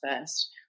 first